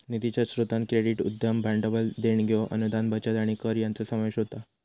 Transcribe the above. निधीच्या स्रोतांत क्रेडिट, उद्यम भांडवल, देणग्यो, अनुदान, बचत आणि कर यांचो समावेश होता